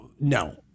No